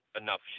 enough